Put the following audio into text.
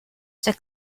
the